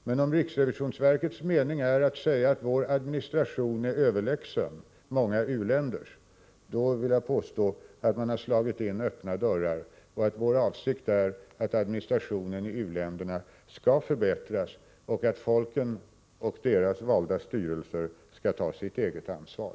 Men om riksrevisionsverkets mening är att vår administration är överlägsen många u-länders, så vill jag påstå att man har slagit in öppna dörrar. Vår avsikt är att administrationen i u-länderna skall förbättras, och att folken och deras valda styrelser skall ta sitt eget ansvar.